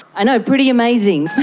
i know, pretty amazing.